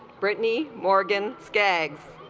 britney morgan skaggs